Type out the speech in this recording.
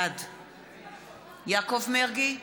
בעד יעקב מרגי,